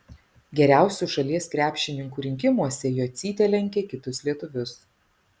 geriausių šalies krepšininkų rinkimuose jocytė lenkia kitus lietuvius